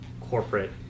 corporate